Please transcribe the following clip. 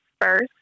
first